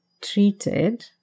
treated